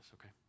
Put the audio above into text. okay